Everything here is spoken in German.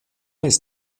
ist